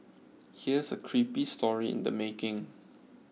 here's a creepy story in the making